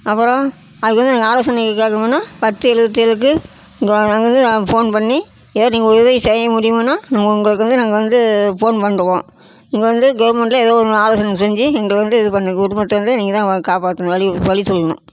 அப்புறம் அதுக்கு வந்து நாங்கள் ஆலோசனை கேட்கணும்னா பத்து எழுவத்தி ஏழுக்கு நம்பருக்கு நாம் ஃபோன் பண்ணி ஏதாவது நீங்கள் உதவி செய்ய முடியுமானா நான் உங்களுக்கு வந்து நாங்கள் வந்து ஃபோன் பண்ணுவோம் இங்கே வந்து கவர்மெண்ட்ல ஏதோ ஒன்று ஆலோசனைங்க செஞ்சு எங்களை வந்து இது பண்ணு குடும்பத்தை வந்து நீங்கள் தான் வ காப்பாத்தணும் வழி வழி சொல்லணும்